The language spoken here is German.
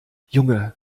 junge